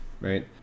right